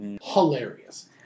hilarious